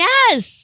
Yes